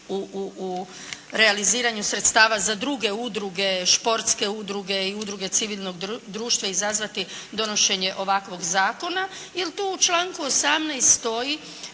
u realiziranju sredstava za druge udruge, športske udruge i udruge civilnog društva izazvati donošenje ovakvog zakona jer tu u članku 18. stoji